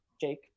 Jake